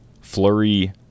Flurry